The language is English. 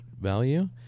value